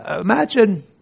Imagine